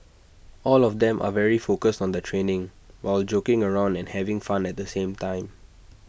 all of them are very focused on their training while joking around and having fun at the same time